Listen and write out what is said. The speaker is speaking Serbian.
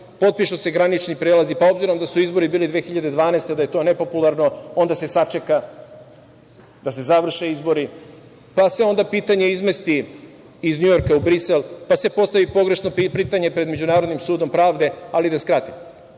potpišu granični prelazi, pa obzirom da su izbori bili 2012. godine, onda je to nepopularno, onda se sačeka da se završe izbori, pa se onda pitanje izmesti iz Njujorka u Brisel, pa se postavi pogrešno pitanje pred Međunarodnim sudom pravde, ali da skratim.